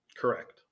Correct